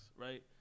right